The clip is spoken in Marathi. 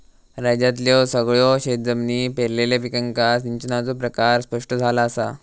राज्यातल्यो सगळयो शेतजमिनी पेरलेल्या पिकांका सिंचनाचो प्रकार स्पष्ट झाला असा